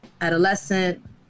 adolescent